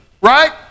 right